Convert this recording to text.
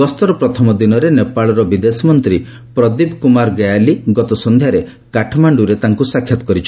ଗସ୍ତର ପ୍ରଥମ ଦିନରେ ନେପାଳର ବିଦେଶମନ୍ତ୍ରୀ ପ୍ରଦୀପ କୁମାର ଗ୍ୟାୟାଲୀ ଗତ ସନ୍ଧ୍ୟାରେ କାଠମାଣ୍ଟୁରେ ତାଙ୍କୁ ସାକ୍ଷାତ କରିଛନ୍ତି